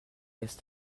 laisse